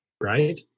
right